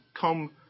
come